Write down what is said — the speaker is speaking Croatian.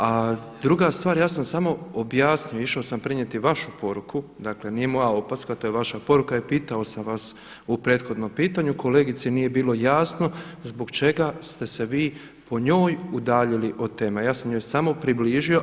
A druga stvar, ja sam samo objasnio, išao sam prenijeti vašu poruku dakle nije moja opaska to je vaša poruka i pitao sam vas u prethodnom pitanju, kolegici nije bilo jasno zbog čega ste se vi po njoj udaljili od teme a ja sam njoj samo približio.